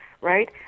right